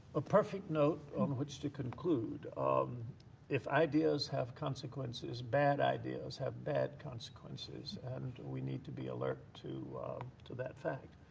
a perfect note on which to conclude. um if ideas have consequences, bad ideas have bad consequences and we need to be alert to to that fact.